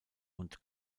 und